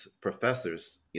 professors